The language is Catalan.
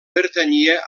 pertanyia